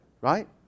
right